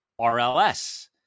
RLS